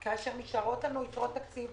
אנחנו